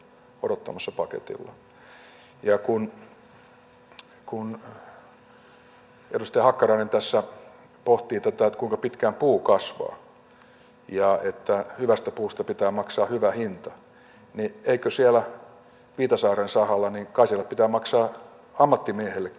ja kun edustaja hakkarainen tässä pohti tätä kuinka pitkään puu kasvaa ja että hyvästä puusta pitää maksaa hyvä hinta niin kai siellä viitasaaren sahalla pitää maksaa ammattimiehellekin